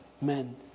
men